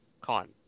con